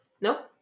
Nope